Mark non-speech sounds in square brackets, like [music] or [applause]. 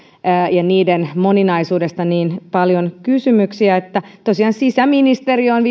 ja niiden moninaisuudesta niin paljon kysymyksiä että tosiaan sisäministeriö on [unintelligible]